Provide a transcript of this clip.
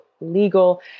legal